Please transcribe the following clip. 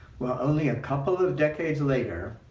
only a couple of decades later,